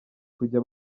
kujya